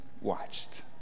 watched